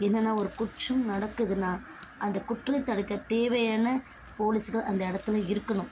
என்னென்னா ஒரு குற்றம் நடக்குதுனா அந்த குற்றத்த தடுக்க தேவையான போலீஸ் தான் அந்த இடத்துல இருக்கணும்